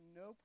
no